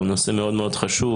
הוא נושא מאוד חשוב.